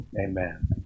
Amen